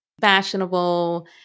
fashionable